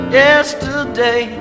yesterday